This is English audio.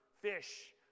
fish